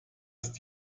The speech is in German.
ist